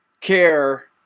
care